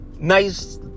nice